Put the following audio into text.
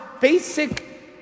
basic